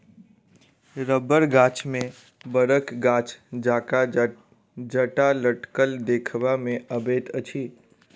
रबड़ गाछ मे बड़क गाछ जकाँ जटा लटकल देखबा मे अबैत अछि